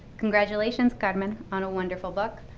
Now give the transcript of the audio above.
congratulations, carmen, on a wonderful book.